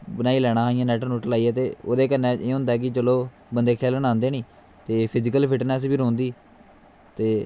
बनाई लैना हा इयां नैट नुट लाईयै ते ओह्दै कन्नै एह् होंदा कि चलो बंदे खेलन आंदे नी ते फिजिकल फिटनैस बी रौंह्दी ते